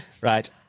Right